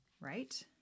right